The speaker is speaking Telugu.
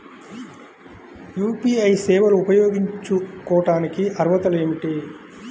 యూ.పీ.ఐ సేవలు ఉపయోగించుకోటానికి అర్హతలు ఏమిటీ?